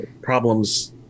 problems